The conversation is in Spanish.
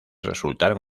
resultaron